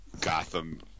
Gotham